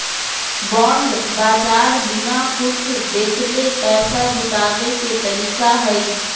bond बाज़ार बिना कुछ बेचले पैसा जुटाबे के तरीका हइ